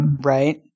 Right